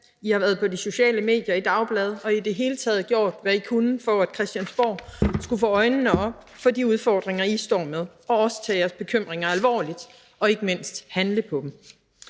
I har været på de sociale medier, i dagbladene og har i det hele taget gjort, hvad I kunne, for at Christiansborg skulle få øjnene op for de udfordringer, I står med, og også tage jeres bekymringer alvorligt og ikke mindst handle på dem.